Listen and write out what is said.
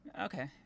okay